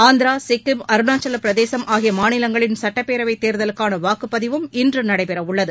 ஆந்திரா சிக்கிம் அருணாச்சல பிரதேசம் ஆகிய மாநிலங்களின் சட்டப்பேரவைத் தேர்தலுக்கான வாக்குப்பதிவும் இன்று நடைபெறவுள்ளது